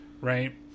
right